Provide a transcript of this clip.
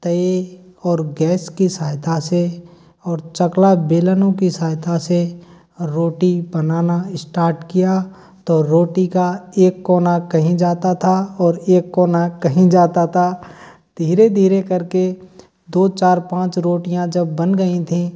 तवे और गैस की सहायता से और चकला बेलनों की सहायता से रोटी बनाना इश्टाट किया तो रोटी का एक कोना कहीं जाता था और एक कोना कहीं जाता था धीरे धीरे करके दो चार पाँच रोटियाँ जब बन गई थीं